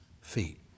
feet